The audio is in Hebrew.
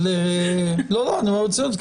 ברצינות,